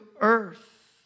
earth